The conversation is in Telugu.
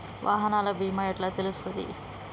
వాహనాల బీమా ఎట్ల తెలుస్తది?